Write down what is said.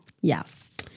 Yes